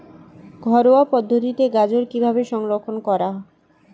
ঘরোয়া পদ্ধতিতে গাজর কিভাবে সংরক্ষণ করা?